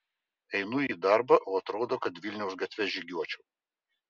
einu į darbą o atrodo kad vilniaus gatve žygiuočiau